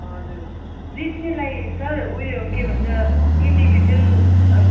हजुर जित्नेलाई सर उयो के भन्छ इनडिभिज्वल